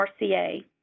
RCA